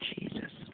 Jesus